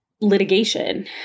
litigation